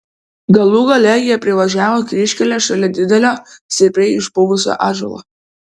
galų gale jie privažiavo kryžkelę šalia didelio stipriai išpuvusio ąžuolo